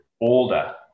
older